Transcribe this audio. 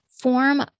form